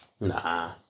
nah